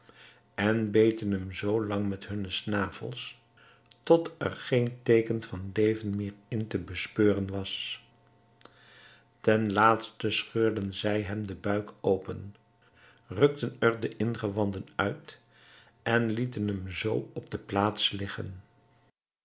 en beten hem zoolang met hunne snavels tot er geen teeken van leven meer in te bespeuren was ten laatste scheurden zij hem den buik open rukten er de ingewanden uit en lieten hem zoo op de plaats liggen